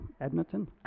Edmonton